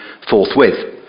forthwith